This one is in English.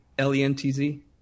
L-E-N-T-Z